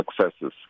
successes